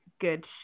good